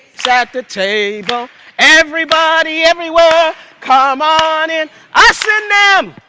at the table everybody everywhere come on in i said